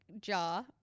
jar